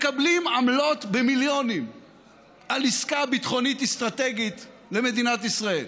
מקבלים עמלות במיליונים על עסקה ביטחונית אסטרטגית למדינת ישראל.